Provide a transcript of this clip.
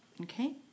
Okay